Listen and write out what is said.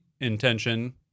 intention